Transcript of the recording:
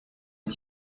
так